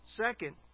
Second